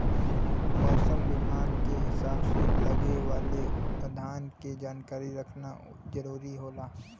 मौसम के हिसाब से लगे वाले पउधन के जानकारी रखना जरुरी होला